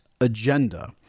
agenda